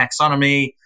taxonomy